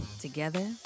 Together